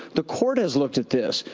the court has looked at this.